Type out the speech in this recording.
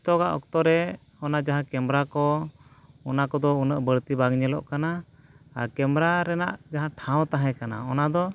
ᱱᱤᱛᱚᱜᱟᱜ ᱚᱠᱛᱚ ᱨᱮ ᱚᱱᱟ ᱡᱟᱦᱟᱸ ᱠᱮᱢᱮᱨᱟ ᱠᱚ ᱚᱱᱟ ᱠᱚᱫᱚ ᱩᱱᱟᱹᱜ ᱵᱟᱹᱲᱛᱤ ᱵᱟᱝ ᱧᱮᱞᱚᱜ ᱠᱟᱱᱟ ᱟᱨ ᱠᱮᱢᱮᱨᱟ ᱨᱮᱱᱟᱜ ᱡᱟᱦᱟᱸ ᱴᱷᱟᱶ ᱛᱟᱦᱮᱸ ᱠᱟᱱᱟ ᱚᱱᱟ ᱫᱚ